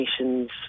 Nations